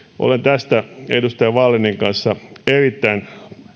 olen tästä edustaja wallinin kanssa erittäin